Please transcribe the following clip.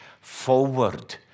forward